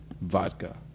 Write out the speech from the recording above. vodka